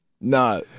No